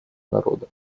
народа